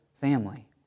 family